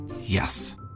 Yes